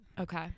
okay